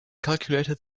calculated